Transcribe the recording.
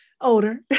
older